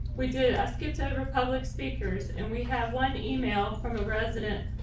we did. i skipped over public speakers and we have one email from a resident,